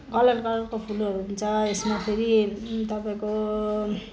colour कलरको फुलहरू हुन्छ यसमा फेरि तपाईँको